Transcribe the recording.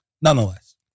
Nonetheless